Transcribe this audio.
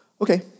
Okay